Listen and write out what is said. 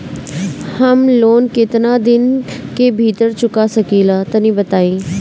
हम लोन केतना दिन के भीतर चुका सकिला तनि बताईं?